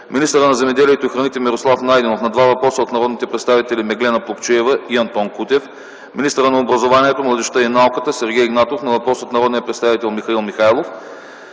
министърът на земеделието и храните Мирослав Найденов – на два въпроса от народните представители Меглена Плугчиева и Антон Кутев; министърът на образованието, младежта и науката Сергей Игнатов – на въпрос от народния представител Михаил Михайлов.